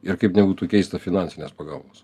ir kaip nebūtų keista finansinės pagalbos